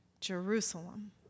Jerusalem